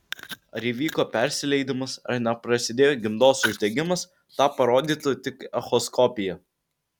ar įvyko persileidimas ar neprasidėjo gimdos uždegimas tą parodytų tik echoskopija